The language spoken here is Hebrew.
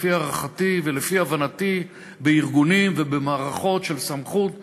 לפי הערכתי ולפי הבנתי בארגונים ובמערכות של סמכות ואחריות,